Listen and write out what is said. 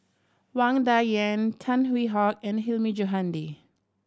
Wang Dayuan Tan Hwee Hock and Hilmi Johandi